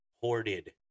hoarded